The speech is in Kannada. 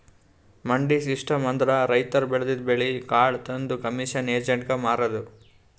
ಮಂಡಿ ಸಿಸ್ಟಮ್ ಅಂದ್ರ ರೈತರ್ ಬೆಳದಿದ್ದ್ ಬೆಳಿ ಕಾಳ್ ತಂದ್ ಕಮಿಷನ್ ಏಜೆಂಟ್ಗಾ ಮಾರದು